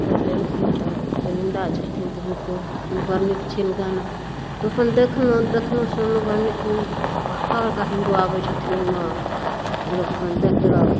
ओतऽ सँ एलखिन तऽ गोबिन्दा छथिन तऽ हुनको बड़ नीक छनि गाना तऽ अपन देखलहुँ देखलहुँ सुनलहुँ बड़ नीक ओ बड़का बड़का हीरो आबै छथिन ओइमे तऽ लोक अपन देखलक